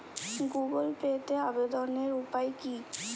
Google পেতে আবেদনের উপায় কি?